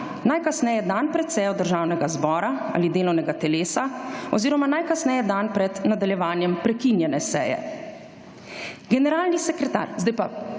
najkasneje dan pred sejo Državnega zbora ali delovnega telesa oziroma najkasneje dan pred nadaljevanjem prekinjene seje. Generalni sekretar – zdaj pa,